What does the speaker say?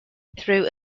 through